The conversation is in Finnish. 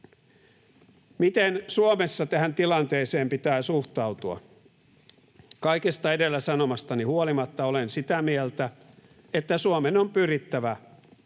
Miten Suomessa tähän tilanteeseen pitää suhtautua? Kaikesta edellä sanomastani huolimatta olen sitä mieltä, että Suomen on pyrittävä